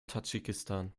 tadschikistan